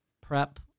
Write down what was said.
prep